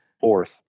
Fourth